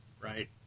Right